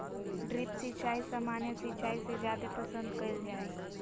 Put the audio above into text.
drip सिंचाई सामान्य सिंचाई से जादे पसंद कईल जा हई